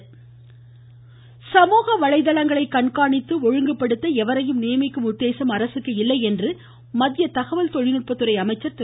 மமமமமம ரவிசங்கர் பிரசாத் சமூக வலைதளங்களை கண்காணித்து ஒழுங்குபடுத்த எவரையும் நியமிக்கும் உத்தேசம் அரசுக்கு இல்லை என்று மத்திய தகவல் தொழில்நுட்பத்துறை அமைச்சர் திரு